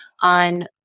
on